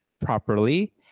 properly